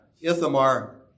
Ithamar